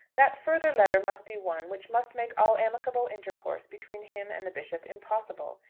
that further letter must be one which must make all amicable intercourse between him and the bishop impossible.